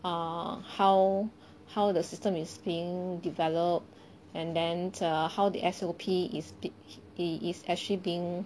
err how how the system is being developed and then err how the S_O_P is is actually being